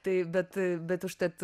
tai bet bet užtat